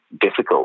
difficult